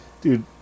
Dude